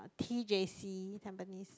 T_J_C Tampines